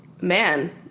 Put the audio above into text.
man